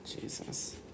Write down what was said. Jesus